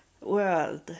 world